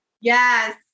Yes